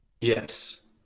Yes